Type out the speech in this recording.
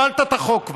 כבר הפלת את החוק,